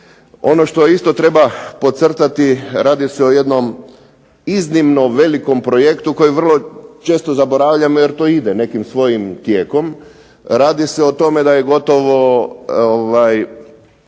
Ono što isto treba podcrtati radi se o jednom iznimno velikom projektu koji je vrlo često zaboravljamo jer to ide nekim svojim tijekom, radi se o tome da je gotovo